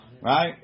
right